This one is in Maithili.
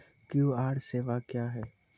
क्यू.आर सेवा क्या हैं?